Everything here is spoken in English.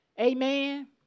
Amen